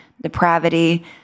depravity